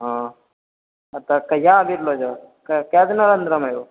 हँ तऽ कहिआ आबी रहलो जँ कए दिनामे एबहो